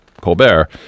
Colbert